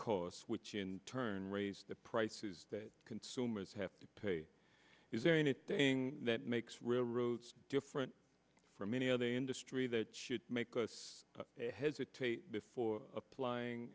costs which in turn raised the prices that consumers have to pay is there anything that makes railroads different from any other industry that should make but hesitate before applying